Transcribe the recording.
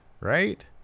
right